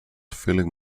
feeling